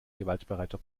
gewaltbereiter